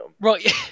Right